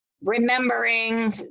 remembering